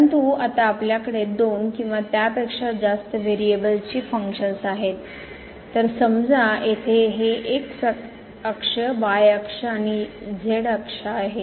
परंतु आता आपल्याकडे दोन किंवा त्यापेक्षा जास्त व्हेरिएबल्सची फंक्शन्स आहेत तर समजा येथे हे x अक्ष y अक्ष आणि अक्ष आहे